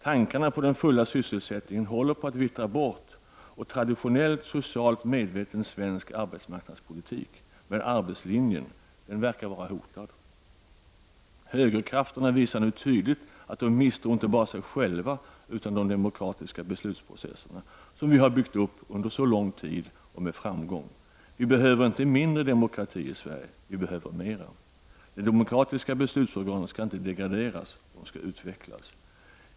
Tankarna på den fulla sysselsättningen håller på att vittra bort, och den traditionella, socialt medvetna svenska arbetsmarknadspolitiken som bygger på arbetslinjen verkar vara hotad. Högerkrafterna visar nu tydligt att de misstror inte bara sig själva utan även de demokratiska beslutsprocesserna, som vi har byggt upp under så lång tid och med framgång. Vi behöver inte mindre demokrati i Sverige — vi behöver mer. De demokratiska beslutsorganen skall inte degraderas, de skall utvecklas.